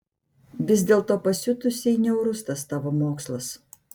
vis dėlto pasiutusiai niaurus tas tavo mokslas